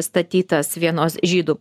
statytas vienos žydų